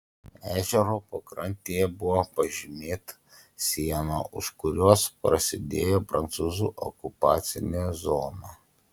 ežero pakrantėje buvo pažymėta siena už kurios prasidėjo prancūzų okupacinė zona